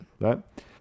right